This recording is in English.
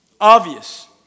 Obvious